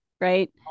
right